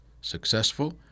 successful